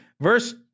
Verse